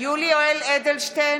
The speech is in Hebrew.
יולי יואל אדלשטיין,